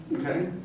Okay